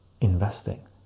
investing